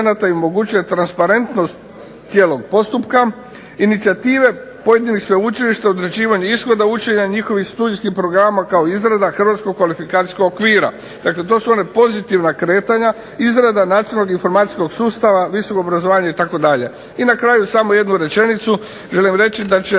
i omogućuje transparentnost cijelog postupka; inicijative pojedinih sveučilišta u određivanju ishoda učenja njihovih studijskih programa kao izrada hrvatskog kvalifikacijskog okvira. Dakle, to su ona pozitivna kretanja. Izrada nacionalnog i informacijskog sustava, visokog obrazovanja itd. I na kraju samo jednu rečenicu, želim reći da će